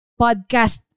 podcast